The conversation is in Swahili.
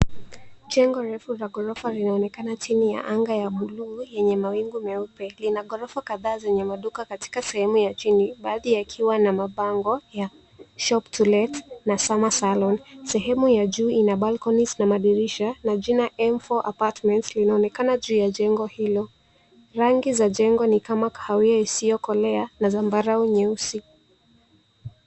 Jengo refu la ghorofa linaonekana chini ya anga ya bluu yenye mawingu meupe, lina ghorofa kadhaa zenye maduka katika sehemu ya chini, baadhi yakiwa na mabango ya Shop to Let na Summer Salon . Sehemu ya juu ina balconies na madirisha na jina M4 Apartments linaonekana juu ya jengo hilo. Rangi za jengo ni kama kahawia isiyokolea na zambarau nyeusi.